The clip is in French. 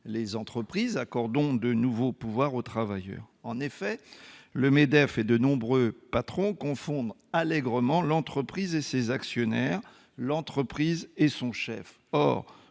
les entreprises, accordons de nouveaux pouvoirs aux travailleurs ! En effet, le MEDEF et de nombreux patrons confondent allégrement l'entreprise et ses actionnaires, l'entreprise et son chef.